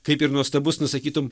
kaip ir nuostabus nu sakytum